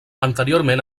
anteriorment